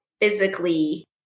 physically